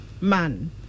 man